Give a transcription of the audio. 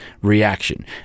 reaction